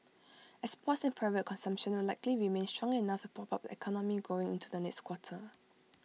exports and private consumption will likely remain strong enough to prop up the economy going into the next quarter